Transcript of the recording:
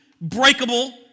breakable